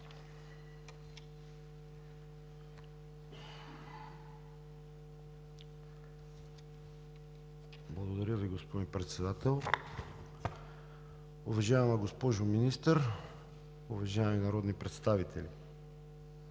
Благодаря Ви, господин Председател. Уважаема госпожо Министър, уважаеми народни представители!